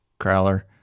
crowler